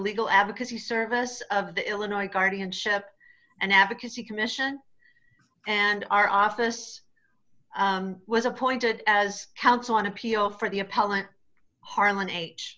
legal advocacy service of the illinois guardianship and advocacy commission and our office was appointed as counsel on appeal for the appellant harlan